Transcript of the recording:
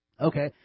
Okay